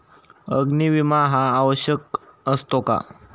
अग्नी विमा हा आवश्यक असतो का?